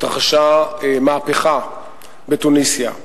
התרחשה מהפכה בתוניסיה.